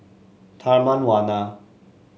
Taman Warna